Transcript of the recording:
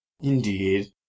Indeed